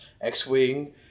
X-Wing